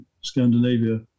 Scandinavia